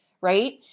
right